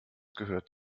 gehört